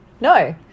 No